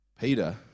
Peter